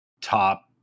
top